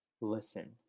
listen